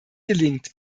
gelingt